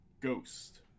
Ghost